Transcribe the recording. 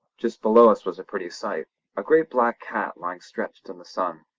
just below us was a pretty sight a great black cat lying stretched in the sun,